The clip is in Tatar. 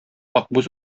акбүз